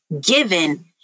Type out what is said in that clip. given